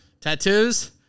Tattoos